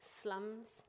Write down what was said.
slums